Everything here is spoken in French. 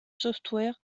software